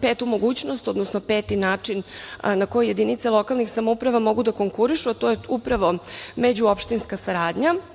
petu mogućnost, odnosno način na koji jedinice lokalnih samouprava mogu da konkurišu, a to je upravo međuopštinska saradnja. Ono